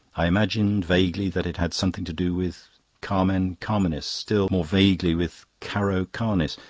i imagined vaguely that it had something to do with carmen-carminis, still more vaguely with caro-carnis,